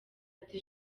ati